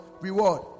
Reward